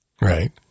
Right